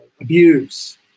abuse